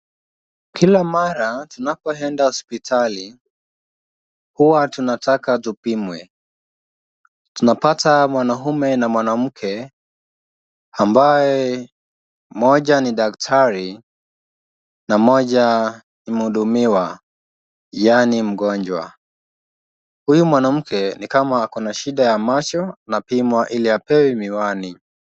Kila mara tunapoenda hospitali huwa tunataka tupimwe. Tunapata mwanamume na mwanamke ambaye mmoja ni daktari na mmoja ni mhudumiwa yaani mgonjwa. Huyu mwanamke ni kama ako na shida ya macho anapimwa ili apewe miwani.